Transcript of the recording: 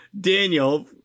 Daniel